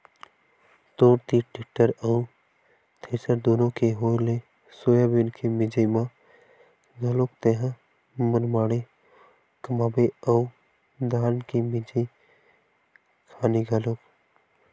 तोर तीर टेक्टर अउ थेरेसर दुनो के होय ले सोयाबीन के मिंजई म घलोक तेंहा मनमाड़े कमाबे अउ धान के मिंजई खानी घलोक